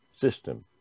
system